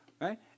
right